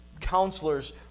Counselors